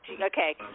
Okay